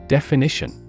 Definition